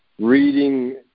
Reading